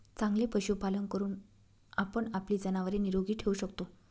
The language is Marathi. चांगले पशुपालन करून आपण आपली जनावरे निरोगी ठेवू शकतो